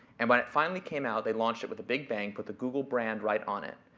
and when it finally came out, they launched it with a big bang, put the google brand right on it.